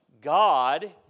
God